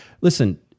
listen